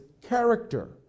character